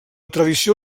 tradició